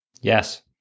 Yes